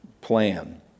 plan